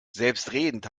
selbstredend